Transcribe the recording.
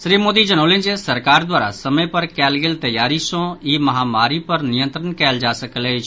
श्री मोदी जनौलनि जे सरकार द्वारा समय पर कयल गेल तैयारी सँ ई महामारी पर नियंत्रण कयल जा सकल अछि